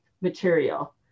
material